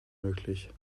möglich